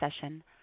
session